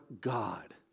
God